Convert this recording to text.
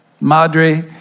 madre